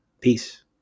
Peace